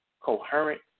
coherent